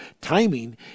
timing